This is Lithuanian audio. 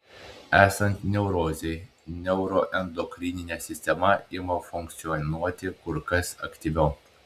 esant neurozei neuroendokrininė sistema ima funkcionuoti kur kas aktyviau